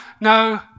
no